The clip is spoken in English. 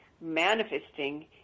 manifesting